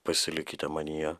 pasilikite manyje